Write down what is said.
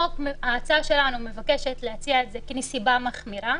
ההצעה שלנו מבקשת להציע את זה כנסיבה מחמירה,